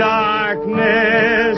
darkness